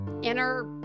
inner